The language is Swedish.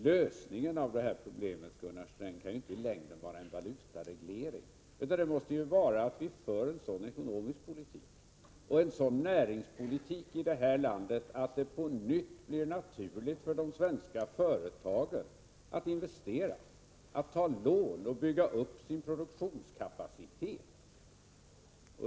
Lösningen av problemet, Gunnar Sträng, kan i längden inte vara en valutareglering, utan vi måste föra en sådan ekonomisk politik och näringspolitik i detta land att det på nytt blir naturligt för de svenska företagen att investera, ta lån och bygga upp sin produktionskapacitet.